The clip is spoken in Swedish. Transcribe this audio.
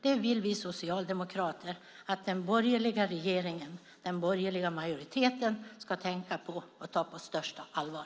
Det vill vi socialdemokrater att den borgerliga regeringen och den borgerliga majoriteten ska tänka på och ta på största allvar.